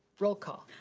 roll call.